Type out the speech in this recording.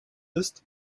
ist